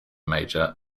major